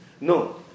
No